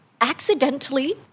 accidentally